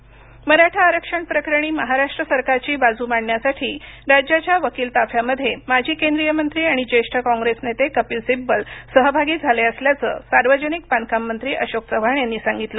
मराठा मराठा आरक्षण प्रकरणी महाराष्ट्र सरकारची बाजू मांडण्यासाठी राज्याच्या वकील ताफ्यामध्ये माजी केंद्रीय मंत्री आणि ज्येष्ठ कोन्ग्रेस नेते कपिल सिब्बल सहभागी झाले असल्याचं सार्वजनिक बांधकाम मंत्री अशोक चव्हाण यांनी सांगितलं